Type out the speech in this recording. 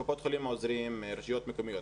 קופות החולים עוזרים ורשויות מקומיות,